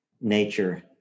nature